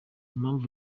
mpamvu